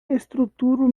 estruturo